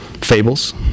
fables